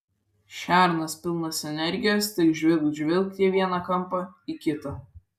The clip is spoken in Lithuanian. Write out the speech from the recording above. šernas pilnas energijos tik žvilgt žvilgt į vieną kampą į kitą